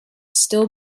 still